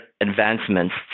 advancements